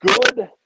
good